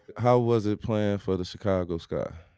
how was it playing for the chicago sky?